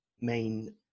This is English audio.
main